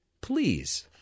Please